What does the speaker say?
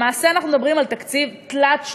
למעשה אנחנו מדברים על תקציב תלת-שנתי.